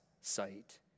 sight